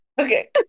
Okay